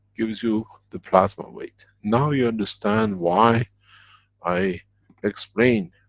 gives you the plasma weight. now you're understand why i explain,